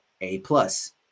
A-plus